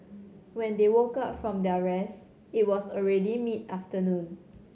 when they woke up from their rest it was already mid afternoon